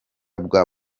bwa